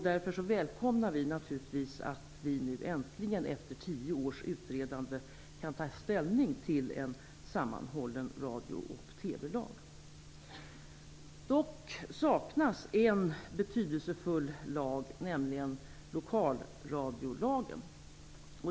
Därför välkomnar vi naturligtvis att riksdagen nu äntligen efter 10 års utredande kan ta ställning till en sammanhållen radio och TV lag. Dock saknas en betydelsefull lag, nämligen lokalradiolagen.